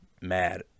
mad